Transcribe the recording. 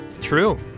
True